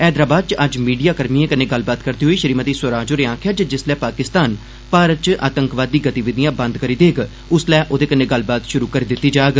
हैदराबाद च अज्ज मीडिया कर्भिए कन्नै गल्लबात करदे होई श्रीमति स्वराज होरें आक्खेआ जे जिस्सलै पाकिस्तान भारत च आतंकवादी गतिविधियां बंद करी देग ओदे कन्नै गल्लबात शुरु करी दिती जाग